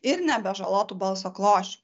ir nebežalotų balso klosčių